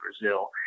Brazil